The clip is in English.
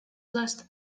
last